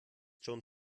schon